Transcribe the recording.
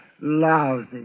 Lousy